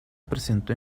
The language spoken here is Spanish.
presentó